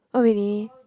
oh really